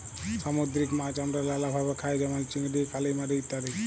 সামুদ্দিরিক মাছ আমরা লালাভাবে খাই যেমল চিংড়ি, কালিমারি ইত্যাদি